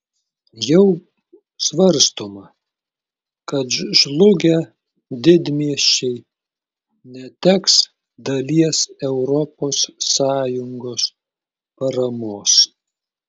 jau svarstoma kad žlugę didmiesčiai neteks dalies europos sąjungos paramos